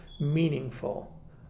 meaningful